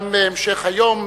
גם בהמשך היום,